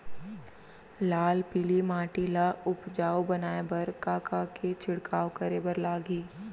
लाल पीली माटी ला उपजाऊ बनाए बर का का के छिड़काव करे बर लागही?